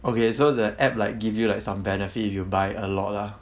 okay so the app like give you like some benefit if you buy a lot lah